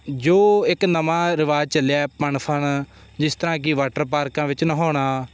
ਜੋ ਇੱਕ ਨਵਾਂ ਰਿਵਾਜ਼ ਚੱਲਿਆ ਪਣ ਫਣ ਜਿਸ ਤਰ੍ਹਾਂ ਕਿ ਵਾਟਰ ਪਾਰਕਾਂ ਵਿੱਚ ਨਹਾਉਣਾ